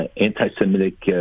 anti-Semitic